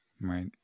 Right